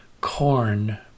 corn